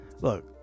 Look